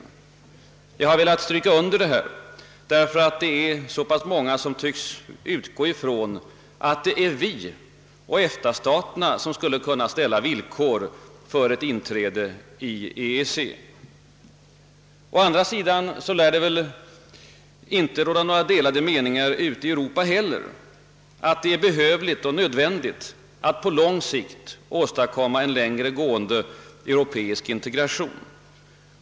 Jag har velat understryka detta därför att så pass många tycks utgå ifrån att det är vi i EFTA-staterna som skulle kunna ställa villkor för ett inträde i EEC. ÅA andra sidan lär det väl inte råda några delade meningar ute i Europa om att det är behövligt och nödvändigt att på lång sikt åstadkomma en längre gående europeisk integration.